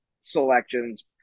selections